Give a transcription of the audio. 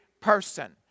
person